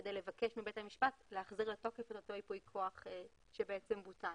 כדי לבקש מבית המשפט להחזיר לתוקף את אותו ייפוי כוח שבעצם בוטל.